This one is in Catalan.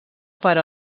per